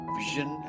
vision